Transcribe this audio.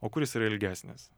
o kuris yra ilgesnis